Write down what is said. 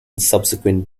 subsequent